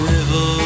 River